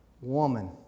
woman